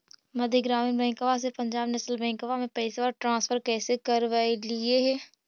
मध्य ग्रामीण बैंकवा से पंजाब नेशनल बैंकवा मे पैसवा ट्रांसफर कैसे करवैलीऐ हे?